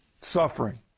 suffering